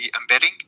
embedding